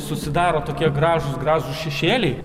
susidaro tokie gražūs gražūs šešėliai